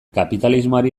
kapitalismoari